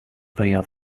via